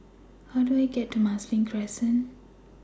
How Do I get to Marsiling Crescent